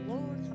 Lord